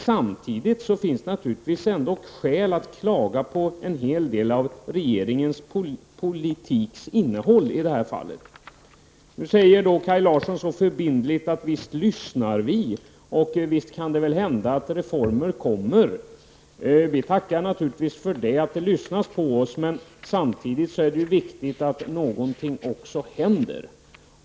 Samtidigt finns det naturligtvis skäl att ändå klaga på en hel del av innehållet i regeringens politik i det här fallet. Nu säger Kaj Larsson så förbindligt att visst lyssnar man och visst kan det hända att det kommer reformer. Vi tackar för att man lyssnar på oss, men samtidigt är det viktigt att någonting också händer.